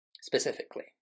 specifically